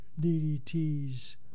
DDT's